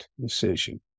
decision